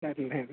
సర్లేండి